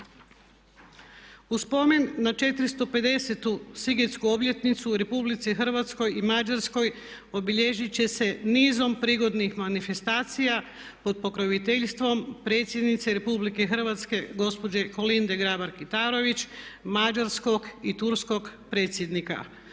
U spomen na 450 sigetsku obljetnicu u Republici Hrvatskoj i Mađarskoj obilježit će se nizom prigodnih manifestacija pod pokroviteljstvom predsjednice Republike Hrvatske gospođe Kolinde Grabar Kitarović, mađarskog i turskog predsjednika.